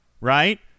right